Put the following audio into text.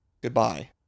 Goodbye